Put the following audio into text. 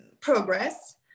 progress